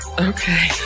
Okay